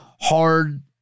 hard